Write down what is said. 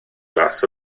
glas